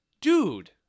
Dude